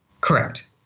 Correct